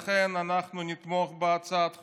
לכן אנחנו נתמוך בהצעת החוק,